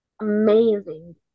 Amazing